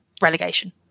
relegation